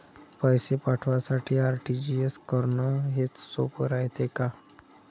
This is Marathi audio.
पैसे पाठवासाठी आर.टी.जी.एस करन हेच सोप रायते का?